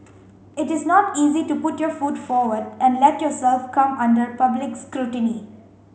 it is not easy to put your foot forward and let yourself come under public scrutiny